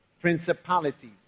Principalities